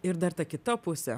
ir dar ta kita pusė